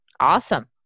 Awesome